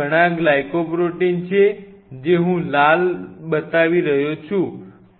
તેમાં ઘણાં ગ્લાયકોપ્રોટીન છે જે હું લાલ બતાવી રહ્યો છું